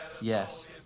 Yes